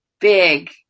big